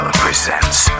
presents